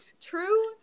true